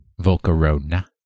Volcarona